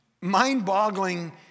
mind-boggling